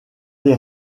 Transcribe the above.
des